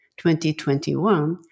2021